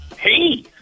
Hey